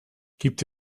gibt